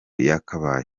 yakabaye